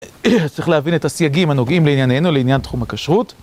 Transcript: צריך להבין את הסייגים הנוגעים לענייננו לעניין תחום הכשרות.